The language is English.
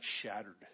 shattered